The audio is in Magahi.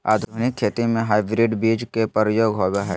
आधुनिक खेती में हाइब्रिड बीज के प्रयोग होबो हइ